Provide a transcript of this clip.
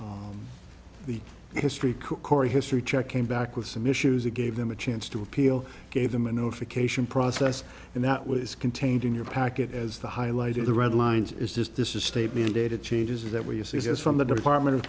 if the history cook or history check came back with some issues or gave them a chance to appeal gave them a notification process and that was contained in your packet as the highlighted the red lines is just this is state mandated changes that we use this is from the department of